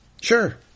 Sure